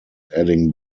adding